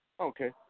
Okay